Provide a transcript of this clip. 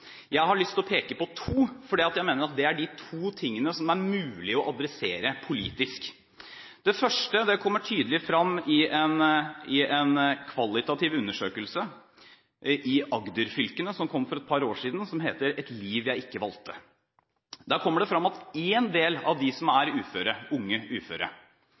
Jeg har lyst til å peke på to, fordi jeg mener at det er de to tingene som det er mulig å adressere politisk. Det første kommer tydelig frem i en kvalitativ undersøkelse i Agder-fylkene som kom for et par år siden og heter Et liv jeg ikke valgte. Der kommer det frem at en del av de som er unge uføre,